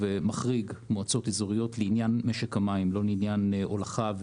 מחריג מועצות אזוריות לעניין משק המים - לא לעניין הולכה,